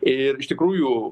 ir iš tikrųjų